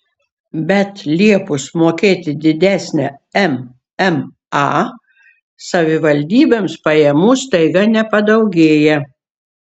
bet liepus mokėti didesnę mma savivaldybėms pajamų staiga nepadaugėja